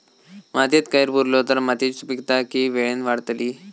मातयेत कैर पुरलो तर मातयेची सुपीकता की वेळेन वाडतली?